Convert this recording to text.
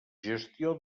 gestió